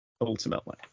ultimately